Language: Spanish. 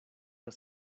las